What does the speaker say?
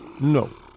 No